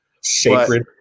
sacred